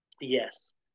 Yes